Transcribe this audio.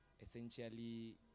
essentially